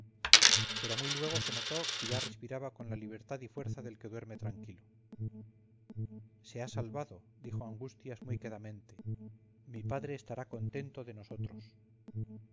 pero muy luego se notó que ya respiraba con la libertad y fuerza del que duerme tranquilo se ha salvado dijo angustias muy quedamente mi padre estará contento de nosotros